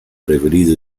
preferito